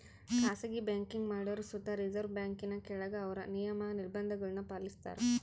ಖಾಸಗಿ ಬ್ಯಾಂಕಿಂಗ್ ಮಾಡೋರು ಸುತ ರಿಸರ್ವ್ ಬ್ಯಾಂಕಿನ ಕೆಳಗ ಅವ್ರ ನಿಯಮ, ನಿರ್ಭಂಧಗುಳ್ನ ಪಾಲಿಸ್ತಾರ